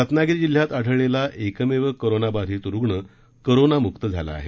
रत्नागिरी जिल्ह्यात आढळलेला एकमेव करोनाबाधित रुग्ण करोनामुक्त झाला आहे